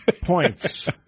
points